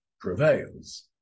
prevails